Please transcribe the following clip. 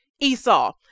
Esau